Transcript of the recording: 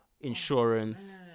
insurance